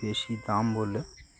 বেশি দাম বলে